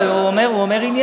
אבל הוא אומר עניינית,